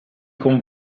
con